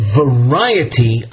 variety